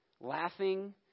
laughing